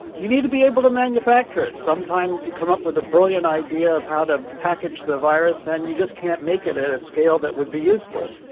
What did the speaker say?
you need to be able to manufacture it. sometimes you come up with a brilliant idea of how to package the virus and you just can't make it at a scale that would be useful.